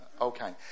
Okay